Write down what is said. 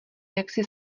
jaksi